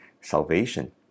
salvation